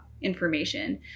information